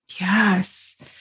Yes